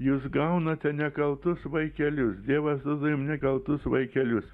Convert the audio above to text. jūs gaunate nekaltus vaikelius dievas turim nekaltus vaikelius